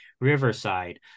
Riverside